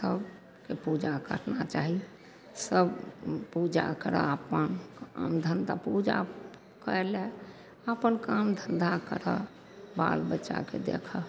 सभकेँ पूजा करना चाही सभ पूजा करै अपन अपन ढङ्गके पूजा करि लै अपन काम धन्धा करऽ बालबच्चाकेँ देखऽ